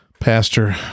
Pastor